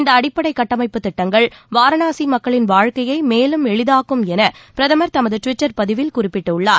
இந்த அடிப்படை கட்டமைப்புத் திட்டங்கள் வாரணாசி மக்களின் வாழ்க்கையை மேலும் எளிதாக்கும் என பிரதமர் தமது டுவிட்டர் பதிவில் குறிப்பிட்டுள்ளார்